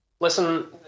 Listen